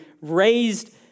raised